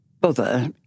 bother